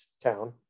town